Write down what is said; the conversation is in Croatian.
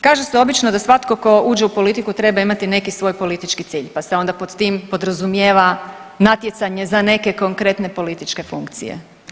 Kaže se obično da svatko tko uđe u politiku treba imati neki svoj politički cilj, pa se onda pod tim podrazumijeva natjecanje za neke konkretne političke funkcije.